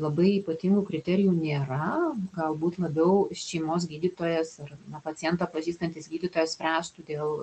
labai ypatingų kriterijų nėra galbūt labiau šeimos gydytojas ar na pacientą pažįstantis gydytojas spręstų dėl